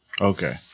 Okay